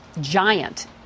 giant